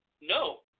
No